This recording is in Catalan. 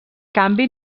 canvi